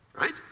right